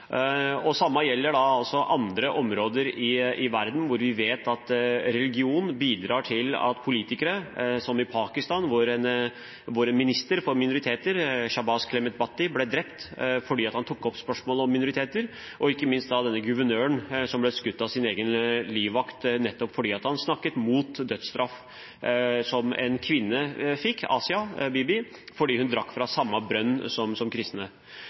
andre områder i verden hvor vi vet at religion bidrar til at politikere blir drept, som i Pakistan, hvor ministeren for minoriteter, Clement Shahbaz Bhatti, ble drept fordi han tok opp spørsmålet om minoriteter, og ikke minst denne guvernøren som ble skutt av sin egen livvakt fordi han snakket mot dødsstraff for kvinnen Asia Bibi fordi hun drakk fra samme brønn som kristne. Så er det mange NGO-er i Norge som